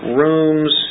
rooms